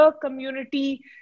community